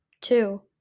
two